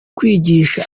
kwigisha